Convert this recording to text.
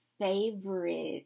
favorite